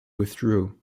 withdrew